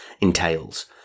entails